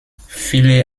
viele